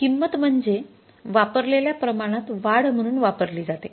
किंमत म्हणजे वापरलेल्या प्रमाणात वाढ म्हणून वापरली जाते